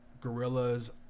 Gorillas